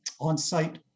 on-site